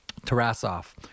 Tarasov